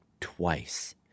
twice